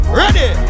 ready